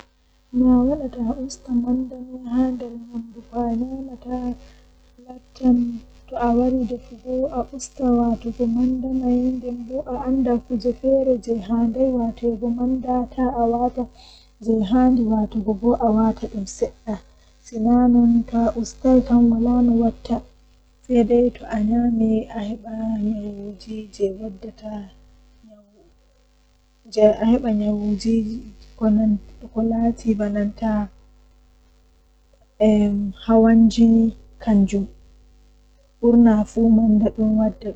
Ko mi bura yiduki laata mi waawi kanjum woni likitaaku mi yidi mi warta dokta ngam mi tokka wallugo himbe to goddo nyawdo malla don laawol mayugo mi laara mi hisni yonki maako.